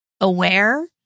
aware